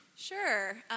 Sure